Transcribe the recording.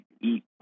eat